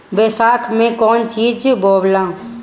बैसाख मे कौन चीज बोवाला?